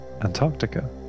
Antarctica